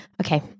okay